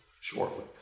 shortly